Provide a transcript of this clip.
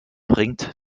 bringt